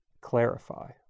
clarify